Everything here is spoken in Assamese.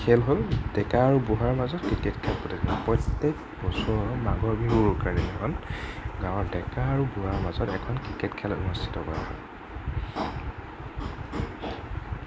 খেল হ'ল ডেকা আৰু বুঢ়াৰ মাজত ক্ৰিকেট খেল প্ৰতিযোগীতা প্ৰত্যেক বছৰৰ মাঘৰ বিহুৰ উৰুকাৰ দিনাখন গাওঁৰ ডেকা আৰু বুঢ়াৰ মাজত এখন ক্ৰিকেট খেল অনুস্থিত কৰা হয়